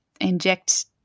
inject